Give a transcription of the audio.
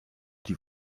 die